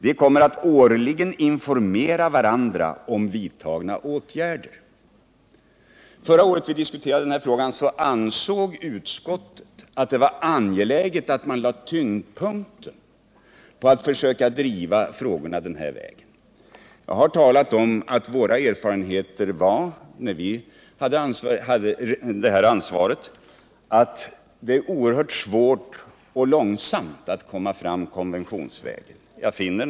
Vi kommer att årligen informera varandra om vidtagna åtgärder.” Förra året när vi diskuterade frågan ansåg utskottet att det var angeläget att man lade tyngdpunkten på att försöka driva frågorna den här vägen. Jag har talat om våra erfarenheter när vi hade det här ansvaret och sagt att det är oerhört svårt och att det går långsamt att komma fram konventionsvägen.